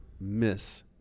miss